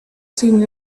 same